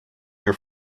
your